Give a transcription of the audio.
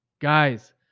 Guys